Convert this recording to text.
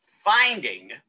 finding